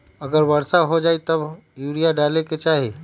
अगर वर्षा हो जाए तब यूरिया डाले के चाहि?